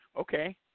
okay